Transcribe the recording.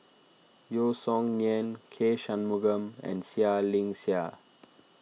Yeo Song Nian K Shanmugam and Seah Liang Seah